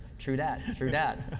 true dat, true dat,